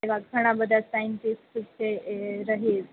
એવા ઘણાં બધાં સાઈન્ટિસ્ટ છે એ રહી